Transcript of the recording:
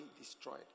destroyed